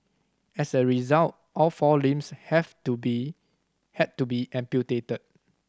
as a result all four limbs have to be had to be amputated